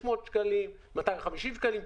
500 שקלים, 250 שקלים.